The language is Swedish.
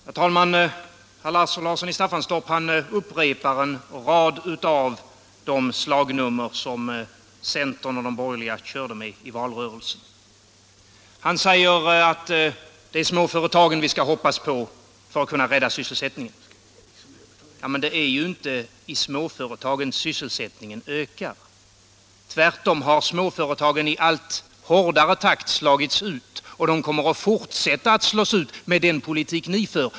Herr talman! Herr Larsson i Staffanstorp upprepar en rad av de slagnummer som centern och de andra borgerliga partierna körde med i valrörelsen. Han säger att det är småföretagen vi skall hoppas på för att kunna rädda sysselsättningen. Men det är ju inte i småföretagen sysselsättningen ökar. Småföretagen har tvärtom i allt snabbare takt slagits ut, och de kommer att fortsätta att slås ut, med den politik ni för.